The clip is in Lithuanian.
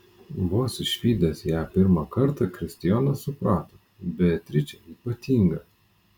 vos išvydęs ją pirmą kartą kristijonas suprato beatričė ypatinga